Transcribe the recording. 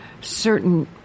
certain